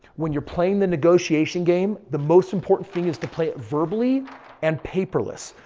when you're playing the negotiation game, the most important thing is to play verbally and paperless.